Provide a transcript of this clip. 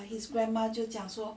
his grammar 就讲说